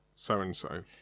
So-and-so